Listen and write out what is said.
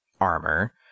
armor